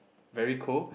very cold